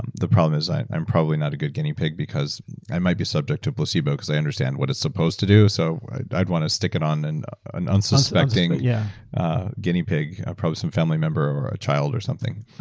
the problem is i'm probably not a good guinea pig because i might be subject to placebo because i understand what it's supposed to do, so i'd want to stick it on and an unsuspecting yeah ah guinea pig, or ah probably some family member or a child or something.